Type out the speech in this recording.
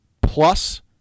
plus